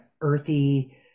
earthy